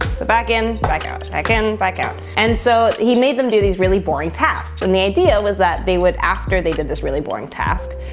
so back in, back out it, back in, back out. and so he made them do these really boring tasks. and the idea was that they would, after they did this really boring task,